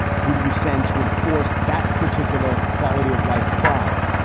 who do you send to enforce that particular quality of life crime?